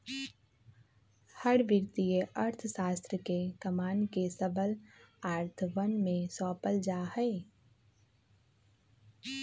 हर वित्तीय अर्थशास्त्र के कमान के सबल हाथवन में सौंपल जा हई